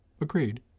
Agreed